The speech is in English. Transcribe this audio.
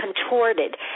contorted